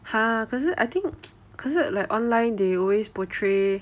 !huh! 可是 I think 可是 like online they always portray